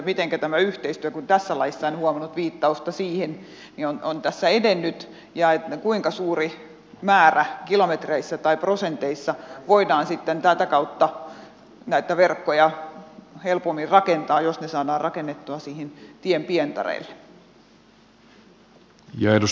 mitenkä tämä yhteistyö kun tässä laissa en huomannut viittausta siihen on tässä edennyt ja kuinka suuri määrä kilometreissä tai prosenteissa voidaan sitten tätä kautta näitä verkkoja helpommin rakentaa jos ne saadaan rakennettua niille teiden pientareille